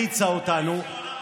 אני שמח שאתם מתעוררים.